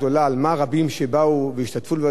על הרבים שבאו והשתתפו בהלוויה,